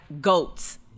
goats